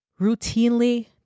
routinely